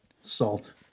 salt